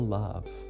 love